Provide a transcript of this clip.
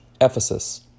Ephesus